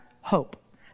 hope